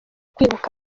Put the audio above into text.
kwibuka